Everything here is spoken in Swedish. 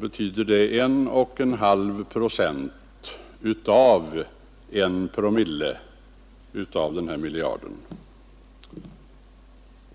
betyder det 1,5 procent av I promille av den här miljarden.